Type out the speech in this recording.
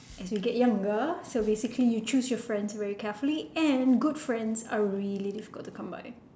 as we get younger so basically you choose your friends very carefully and good friends are really difficult to come by